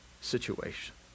situation